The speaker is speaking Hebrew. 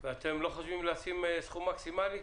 אתם לא חושבים לשים סכום מקסימאלי?